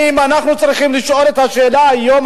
אנחנו צריכים לשאול את השאלה היום,